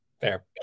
Fair